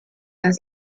das